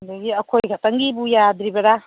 ꯑꯗꯒꯤ ꯑꯈꯣꯏ ꯈꯛꯇꯪꯒꯤꯕꯨ ꯌꯥꯗ꯭ꯔꯤꯕꯔꯥ